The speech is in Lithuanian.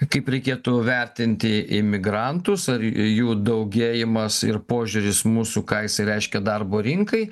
kaip reikėtų vertinti imigrantus ar jų daugėjimas ir požiūris mūsų ką jisai reiškia darbo rinkai